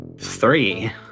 Three